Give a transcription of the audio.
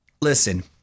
Listen